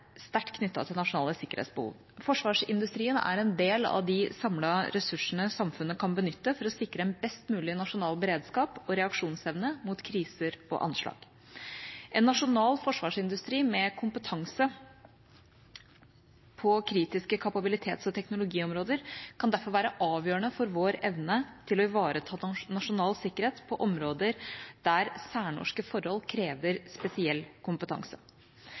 sterkt knyttet til nasjonale sikkerhetsbehov. Forsvarsindustrien er en del av de samlede ressursene samfunnet kan benytte for å sikre en best mulig nasjonal beredskap og reaksjonsevne mot kriser og anslag. En nasjonal forsvarsindustri med kompetanse på kritiske kapabilitets- og teknologiområder kan derfor være avgjørende for vår evne til å ivareta nasjonal sikkerhet på områder der særnorske forhold krever spesiell kompetanse.